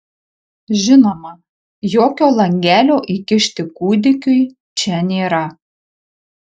žinoma jokio langelio įkišti kūdikiui čia nėra